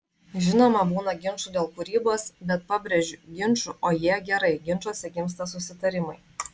žinoma būna ginčų dėl kūrybos bet pabrėžiu ginčų o jie gerai ginčuose gimsta susitarimai